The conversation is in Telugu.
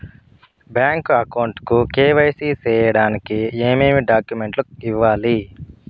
బ్యాంకు అకౌంట్ కు కె.వై.సి సేయడానికి ఏమేమి డాక్యుమెంట్ ఇవ్వాలి?